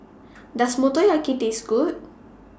Does Motoyaki Taste Good